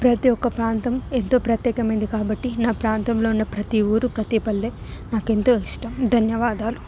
ప్రతి ఒక్క ప్రాంతం ఎంతో ప్రత్యేకమైంది కాబట్టి నా పంతంలో ఉన్న ప్రతి ఊరు ప్రతి పల్లె నాకు ఎంతో ఇష్టం ధన్యవాదాలు